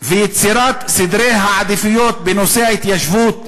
ויצירת סדרי העדיפויות בנושא ההתיישבות,